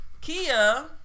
Kia